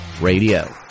Radio